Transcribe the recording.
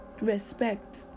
respect